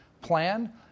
plan